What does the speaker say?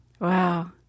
Wow